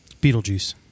Beetlejuice